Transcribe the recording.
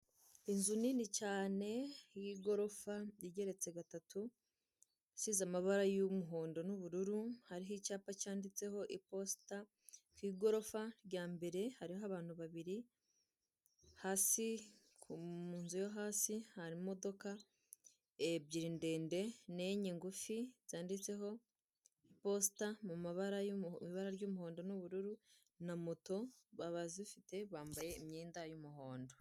Inzu nini cyane y'igorofa igeretse gatatu isize amabara y'umuhondo n'ubururu hariho icyapa cyanditseho iposita, ku igorofa rya mbere hariho abantu babiri hasi ku mu nzu yo hasi hari imodoka ebyiri ndende n'enye ngufi zanditseho iposita mu mabara y'umu ibara ry'umuhondo n'ubururu na moto abazifite bambaye imyenda y'umuhondo.